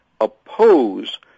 oppose